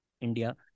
India